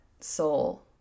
soul